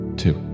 two